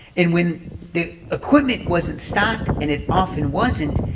and when the equipment wasn't stocked, and it often wasn't,